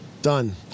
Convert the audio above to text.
Done